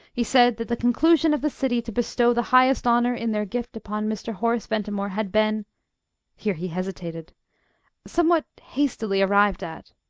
he said that the conclusion of the city to bestow the highest honour in their gift upon mr. horace ventimore had been here he hesitated somewhat hastily arrived at.